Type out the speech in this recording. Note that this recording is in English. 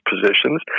positions